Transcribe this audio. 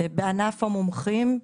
שנכנסים בענף המומחים,